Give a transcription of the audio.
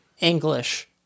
English